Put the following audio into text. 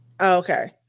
Okay